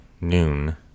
noon